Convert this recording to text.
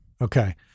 Okay